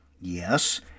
Yes